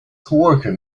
coworker